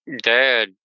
dad